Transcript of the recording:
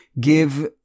give